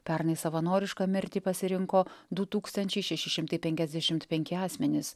pernai savanorišką mirtį pasirinko du tūkstančiai šeši šimtai penkiasdešimt penki asmenys